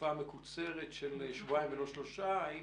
תקופה מקוצרת, של שבועיים ולא של שלושה האם